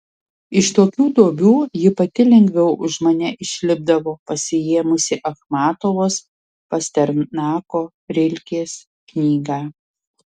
iš tokių duobių ji pati lengviau už mane išlipdavo pasiėmusi achmatovos pasternako rilkės knygą